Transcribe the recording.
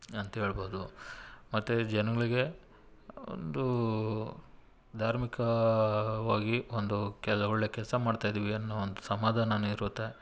ಅಂತೇಳ್ಬೋದು ಮತ್ತು ಜನಗಳಿಗೆ ಒಂದು ಧಾರ್ಮಿಕವಾಗಿ ಒಂದು ಕೆಲ ಒಳ್ಳೆ ಕೆಲಸ ಮಾಡ್ತಾಯಿದ್ದೀವಿ ಅನ್ನೋ ಒಂದು ಸಮಾಧಾನನೂ ಇರುತ್ತೆ